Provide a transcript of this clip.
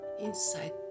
inside